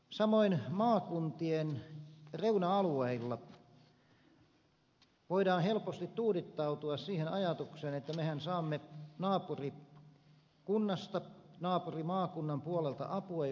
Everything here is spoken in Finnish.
samoin maakuntien reuna alueilla voidaan helposti tuudittautua siihen ajatukseen että mehän saamme naapurikunnasta naapurimaakunnan puolelta apua jos sitä tarvitaan